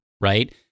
right